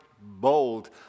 bold